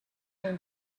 اون